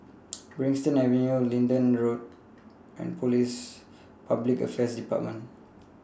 Brighton Avenue Linden Drive and Police Public Affairs department